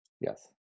Yes